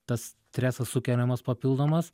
tas stresas sukeliamas papildomas